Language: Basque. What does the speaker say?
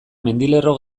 mendilerro